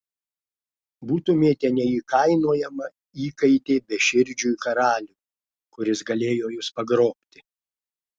būtumėte neįkainojama įkaitė beširdžiui karaliui kuris galėjo jus pagrobti